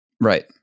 right